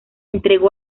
entregó